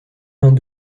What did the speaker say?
vingt